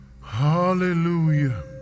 hallelujah